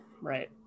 Right